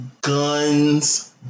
guns